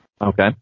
okay